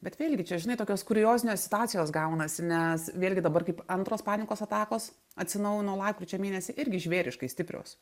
bet vėlgi čia žinai tokios kuriozinės situacijos gaunasi nes vėlgi dabar kaip antros panikos atakos atsinaujino lapkričio mėnesį irgi žvėriškai stiprios